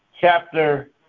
chapter